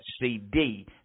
CD